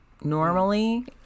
normally